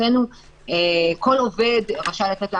שמבחינתנו כל עובד רשאי לצאת לעבודה,